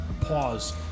Pause